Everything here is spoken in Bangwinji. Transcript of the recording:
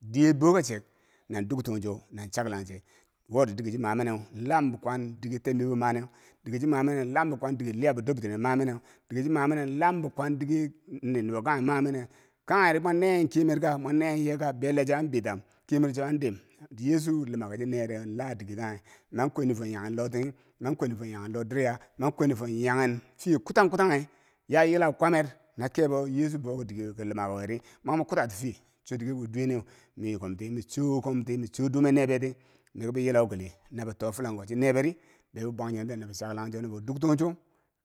Diye boka chek na duktancha nan chaklangche wori dike chimame neu lam bekwan dike tebmibo maneu dike chimame neu lam bekwandike liyab bo durbitine mameneu dike cho mameneu lambi kwan dike nubo kanghembo mameneu kagheri mwo neye kemir ka mwo neye ye ka belle cho an bittam kiyemero cho an dim yeechu lumaku chineyere ladike kanghe nangkwenifo yaken lotighi mankwani fo yaken lodirya man kwanifor yaken fiye kutan kutanghe ya yilau kwamet nakebo yeechu bou ki dikewo ki lumako we ri mamo kutati fiye chodike bwi duwe ne miyikom ti micho komti micho dumi nee be ti miki bi yilau kile nabo too filang ko chi nebe ri nabi bwanchinenten nabi chaklangcho ductoncho